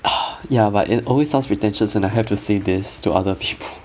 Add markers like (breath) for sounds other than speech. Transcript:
(breath) yeah but it always sounds pretentious and I hate to say this to other people